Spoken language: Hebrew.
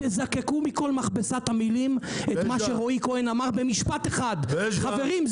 תזקקו מכל מכבסת המילים את מה שרועי כהן אמר במשפט אחד חברים,